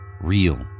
real